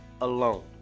alone